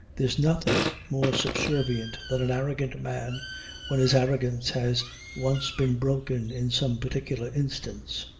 there's nothing more subservient than an arrogant man when his arrogance has once been broken in some particular instance.